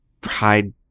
Pride